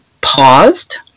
paused